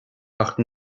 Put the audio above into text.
ach